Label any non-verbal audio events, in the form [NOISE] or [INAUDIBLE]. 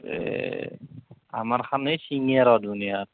এই আমাৰখন এই [UNINTELLIGIBLE]